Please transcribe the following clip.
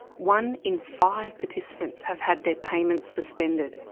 one in five participants have had their payments suspended.